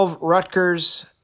Rutgers